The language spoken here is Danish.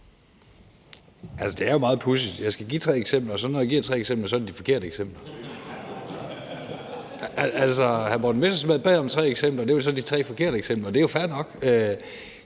(V): Det er jo meget pudsigt. Jeg skal give tre eksempler, og når jeg så giver tre eksempler, er det de forkerte eksempler. Altså, hr. Morten Messerschmidt bad om tre eksempler, og det var så de tre forkerte eksempler, og det er jo fair nok.